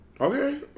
Okay